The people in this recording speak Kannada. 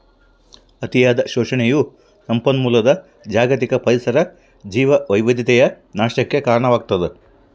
ಅತಿಯಾದ ಶೋಷಣೆಯು ಸಂಪನ್ಮೂಲದ ಜಾಗತಿಕ ಪರಿಸರ ಜೀವವೈವಿಧ್ಯತೆಯ ನಾಶಕ್ಕೆ ಕಾರಣವಾಗ್ತದ